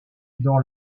dans